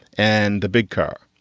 and the big car.